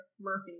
Murphy